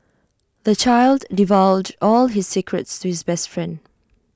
the child divulged all his secrets to his best friend